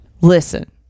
Listen